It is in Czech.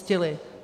Děkuji.